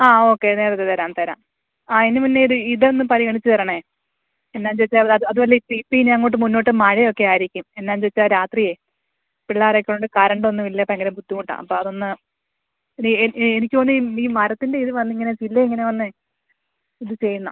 ആ ഓക്കെ നേരത്തേ തരാം തരാം ആ അതിന് മുന്നേ ഇത് ഇതൊന്ന് പരിഗണിച്ച് തരണേ എന്നാ എന്നുവെച്ചാൽ അത് അത് വല്ല ഇപ്പം ഇപ്പം ഇനി അങ്ങോട്ട് മുന്നോട്ട് മഴയൊക്കെ ആയിരിക്കും എന്നാ എന്നുവെച്ചാൽ രാത്രിയേ പിള്ളേരെക്കൊണ്ട് കറണ്ട് ഒന്നുമില്ലെങ്കിൽ ഭയങ്കര ബുദ്ധിമുട്ടാണ് അപ്പം അതൊന്ന് ഇനി എനിക്ക് തോന്നുന്നത് ഈ മരത്തിൻ്റെ ഇത് വന്ന് ഇങ്ങനെ ചില്ല ഇങ്ങനെ വന്നേ ഇത് ചെയ്യുന്നതാണ്